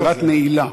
לקראת נעילה.